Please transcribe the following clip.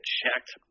checked